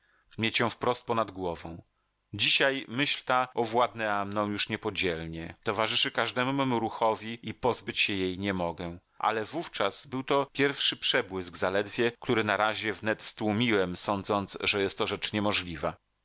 ją wprost ponad głową dzisiaj myśl ta owładnęła mną już niepodzielnie towarzyszy każdemu memu ruchowi i pozbyć się jej nie mogę ale wówczas był to pierwszy przebłysk zaledwie który na razie wnet stłumiłem sądząc że jest to rzecz niemożliwa